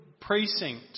precinct